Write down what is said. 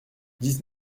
dix